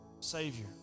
Savior